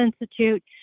Institute